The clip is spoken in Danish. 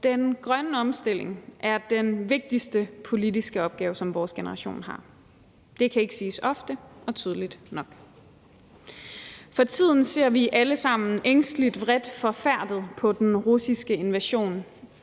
Den grønne omstilling er den vigtigste politiske opgave, som vores generation har. Det kan hverken siges ofte eller tydeligt nok. For tiden ser vi alle sammen ængsteligt, vredt og forfærdet på den russiske invasion